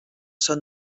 són